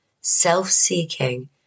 self-seeking